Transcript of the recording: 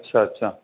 अछा अछा